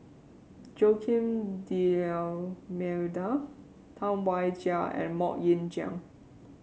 Joaquim D'Almeida Tam Wai Jia and MoK Ying Jang